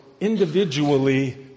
individually